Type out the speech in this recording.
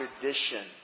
tradition